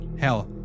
Hell